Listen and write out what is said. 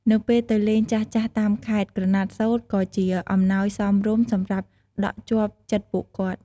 នៅពេលទៅ លេងចាស់ៗតាមខេត្ត ក្រណាត់សូត្រក៏ជាអំណោយសមរម្យសម្រាប់ដក់ជាប់ចិត្តពួកគាត់។